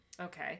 Okay